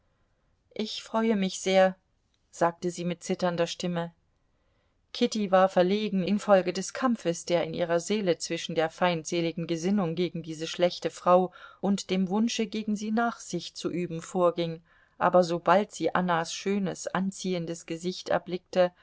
ich freue mich sehr sagte sie mit zitternder stimme kitty war verlegen infolge des kampfes der in ihrer seele zwischen der feindseligen gesinnung gegen diese schlechte frau und dem wunsche gegen sie nachsicht zu üben vorging aber sobald sie annas schönes anziehendes gesicht erblickte